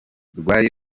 rwari